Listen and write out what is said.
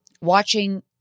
watching